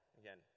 Again